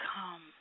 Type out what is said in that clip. come